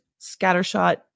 scattershot